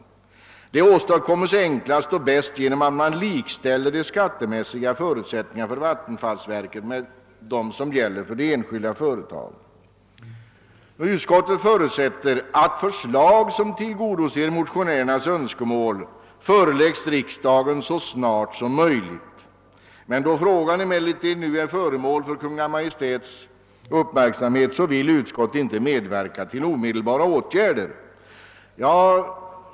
Vidare framhålles att detta åstadkommes »enklast och bäst genom att likställa de skattemässiga förutsättningarna för vattenfallsverket med dem som gäller för enskilda företag». Utskottet förutsätter att förslag som tillgodoser motionärernas önskemål föreläggs riksdagen så snart som möjligt, men med hänsyn till att frågan nu är föremål för Kungl. Maj:ts uppmärksamhet vill utskottet inte medverka till omedelbara åtgärder.